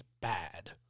bad